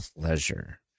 pleasure